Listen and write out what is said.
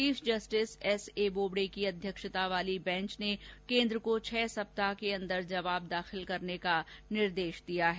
chief justice S A Bobde की अध्यक्षता वाली बेंच ने केन्द्र को छह हफ्ते के अंदर जवाब दाखिल करने का निर्देश दिया है